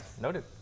Noted